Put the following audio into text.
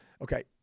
okay